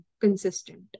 consistent